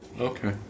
Okay